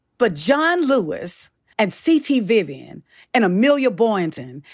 but john lewis and c. t. vivian and amelia boynton,